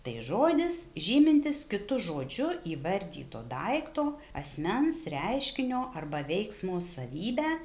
tai žodis žymintis kitu žodžiu įvardyto daikto asmens reiškinio arba veiksmo savybę